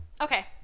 okay